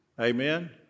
Amen